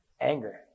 anger